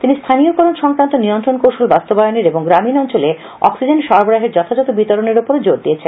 তিনি স্হানীয়করণ সংক্রান্ত নিয়ন্ত্রণ কৌশল বাস্তবায়নের এবং গ্রামীণ অঞ্চলে অক্সিজেন সরবরাহের যথাযথ বিতরণের উপরও জোর দিয়েছেন